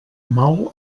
mal